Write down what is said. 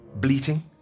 Bleating